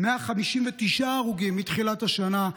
159 הרוגים מתחילת השנה,